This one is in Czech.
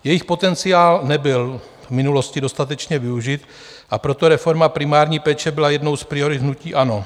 Jejich potenciál nebyl v minulosti dostatečně využit, proto reforma primární péče byla jednou z priorit hnutí ANO.